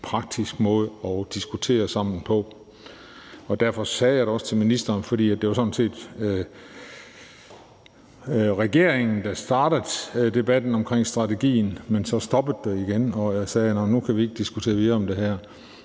praktisk måde at diskutere sammen på, og derfor sagde jeg det også til ministeren. For det var sådan set regeringen, der startede debatten omkring strategien, men så stoppede den igen, og jeg sagde, at nu kunne vi ikke diskutere videre om det.